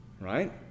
Right